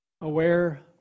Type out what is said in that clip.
Aware